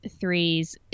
threes